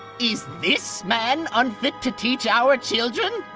is this man unfit to teach our children?